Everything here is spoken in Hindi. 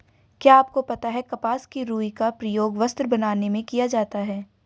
क्या आपको पता है कपास की रूई का प्रयोग वस्त्र बनाने में किया जाता है?